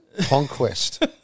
Conquest